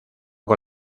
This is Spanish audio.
con